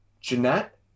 Jeanette